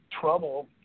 trouble